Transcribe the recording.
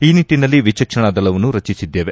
ಈ ನಿಟ್ಟನಲ್ಲಿ ವಿಚಕ್ಷಣಾ ದಳವನ್ನು ರಚಿಸಲಿದ್ದೇವೆ